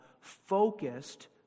focused